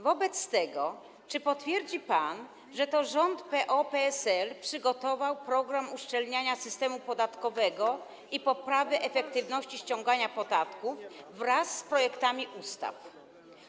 Wobec tego czy potwierdzi pan, że to rząd PO-PSL przygotował program uszczelniania systemu podatkowego i poprawy efektywności ściągania podatków wraz z projektami ustaw?